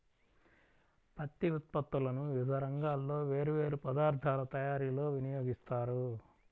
పత్తి ఉత్పత్తులను వివిధ రంగాల్లో వేర్వేరు పదార్ధాల తయారీలో వినియోగిస్తారు